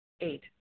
Eight